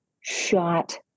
shot